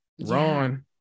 Ron